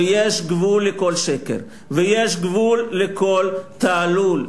ויש גבול לכל שקר ויש גבול לכל תעלול.